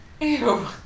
Ew